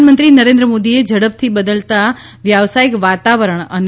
પ્રધાનમંત્રી નરેન્દ્ર મોદીએ ઝડપથી બદલાતા વ્યવસાયિક વાતાવરણ અને